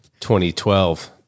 2012